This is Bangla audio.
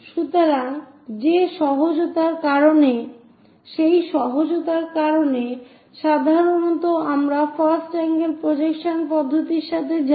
সুতরাং সেই সহজতার কারণে সাধারণত আমরা ফার্স্ট আঙ্গেল প্রজেকশন এর পদ্ধতির সাথে যাই